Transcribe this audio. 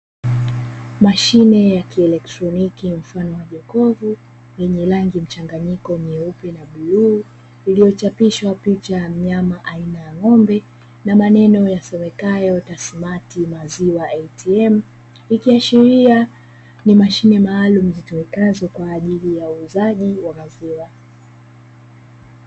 Mashine ya kielektroniki mfano wa jokofu, lenye rangi mchanganyiko nyeupe na bluu, iliyochapishwa picha ya mnyama mfano wa ng'ombe na maneno yasomekayo "TASSMATT MAZIWA ATM", ikiashiria ni mashine maalumu zitumikazo kwa ajili ya uuzaji wa maziwa.